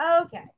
okay